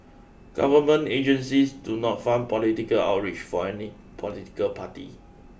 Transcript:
government agencies do not fund political outreach for any political party